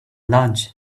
lunch